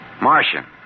Martian